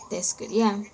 that's good ya